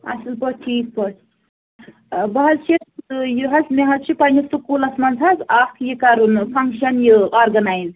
اصٕل پٲٹھۍ ٹھیٖک پٲٹھۍ ٲں بہٕ حظ چھیٚس ٲں یہِ حظ مےٚ حظ چھُ پننِس سُکوٗلَس منٛز حظ اَکھ یہِ کَرُن فَنٛکشَن یہِ آرگَنایِز